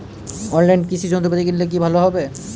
অনলাইনে কৃষি যন্ত্রপাতি কিনলে কি ভালো হবে?